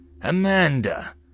Amanda